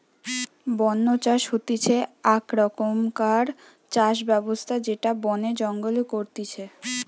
বন্য চাষ হতিছে আক রকমকার চাষ ব্যবস্থা যেটা বনে জঙ্গলে করতিছে